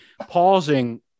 pausing